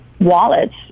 wallets